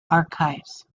archives